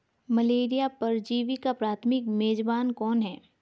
Malaria परजीवी का प्राथमिक मेजबान कौन है?